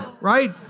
Right